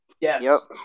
Yes